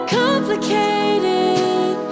complicated